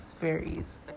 varies